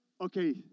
Okay